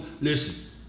listen